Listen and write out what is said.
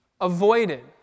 avoided